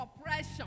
oppression